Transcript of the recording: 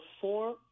four